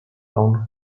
town